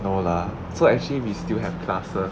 no lah so actually we still have classes